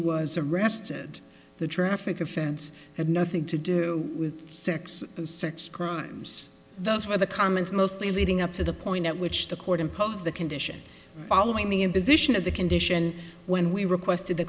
was arrested the traffic offense had nothing to do with sex and sex crimes those were the comments mostly leading up to the point at which the court imposed the condition following the imposition of the condition when we requested the